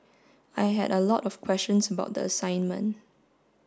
I had a lot of questions about the assignment